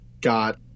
Got